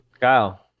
Kyle